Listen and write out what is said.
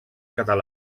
català